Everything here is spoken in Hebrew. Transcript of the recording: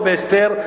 לא בהסתר.